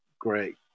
great